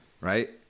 right